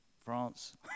France